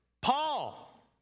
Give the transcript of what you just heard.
Paul